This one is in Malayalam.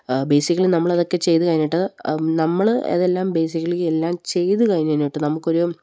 ബേസിക്കലി നമ്മളതൊക്കെ ചെയ്തുകഴിഞ്ഞിട്ട് നമ്മള് അതെല്ലാം ബേസിക്കലി എല്ലാം ചെയ്തുകഴിഞ്ഞിട്ട് നമുക്കൊരു